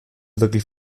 wirklich